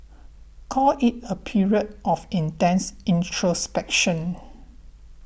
call it a period of intense introspection